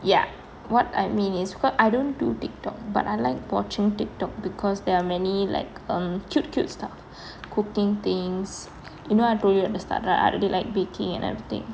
ya what I mean it's quite I don't do Tiktok but I like watching Tiktok because there are many like um cute cute stuff cooking things you know I told you at the start right I really like baking and everything